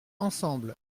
ensemble